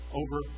over